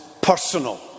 personal